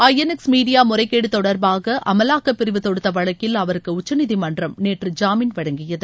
ஐ N X media முறைகேடு தொடர்பாக அமலாக்கப்பிரிவு தொடுத்த வழக்கில் அவருக்கு உச்சநீதிமன்றம நேற்று ஜாமீன் வழங்கியது